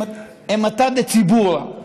אימתא דציבורא,